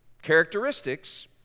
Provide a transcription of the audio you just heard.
Characteristics